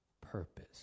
purpose